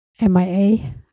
MIA